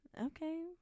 okay